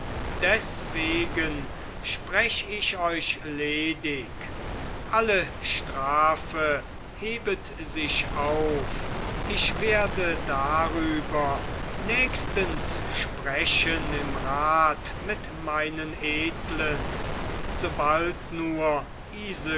deswegen sprech ich euch ledig alle strafe hebet sich auf ich werde darüber nächstens sprechen im rat mit meinen edlen sobald nur